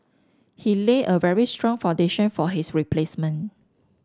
he laid a very strong foundation for his replacement